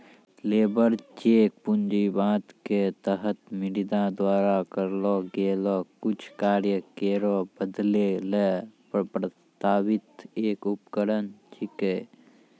labour cheque पूंजीवाद क तहत मुद्रा द्वारा करलो गेलो कुछ कार्य केरो बदलै ल प्रस्तावित एक उपकरण छिकै